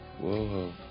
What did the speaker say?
Whoa